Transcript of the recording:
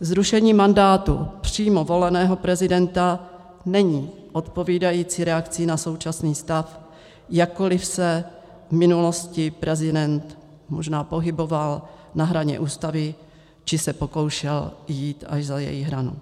Zrušení mandátu přímo voleného prezidenta není odpovídající reakcí na současný stav, jakkoliv se v minulosti prezident možná pohyboval na hraně Ústavy či se pokoušel jít až za její hranu.